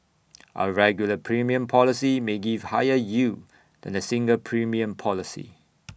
A regular premium policy may give higher yield than A single premium policy